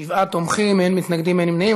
שבעה תומכים, אין מתנגדים, אין נמנעים.